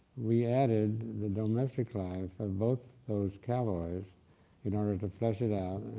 we added the domestic life of both those cowboys in order to flesh it out,